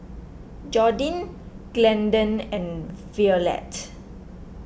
Jordin Glendon and Violette